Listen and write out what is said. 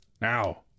Now